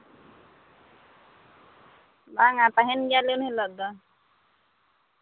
ᱵᱟᱝᱟ ᱛᱟᱦᱮᱱ ᱜᱮᱭᱟ ᱞᱮ ᱩᱱ ᱦᱤᱞᱟᱹᱜ ᱫᱚ